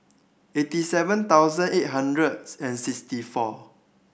eighty seven thousand eight hundred and sixty four